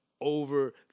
over